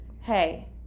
hey